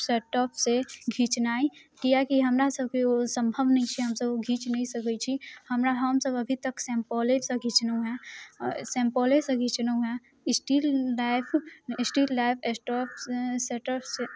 सेंटोपसँ घिचनाइ किएककि हमरा सभके ओ सम्भव नहि छै हमसभ ओ घींच नहि सकै छी हमरा हमसभ अभी तक सेम्पले सँ घिचनहुँ हँ सेम्पलेसँ घिचनौ हँ still life still life setup से